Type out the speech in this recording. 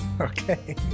Okay